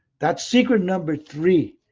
that's secret number three.